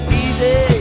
easy